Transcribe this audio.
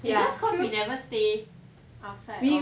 ya just cause we never stay outside of